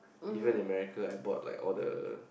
even in America I bought like all the